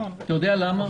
אתה יודע למה?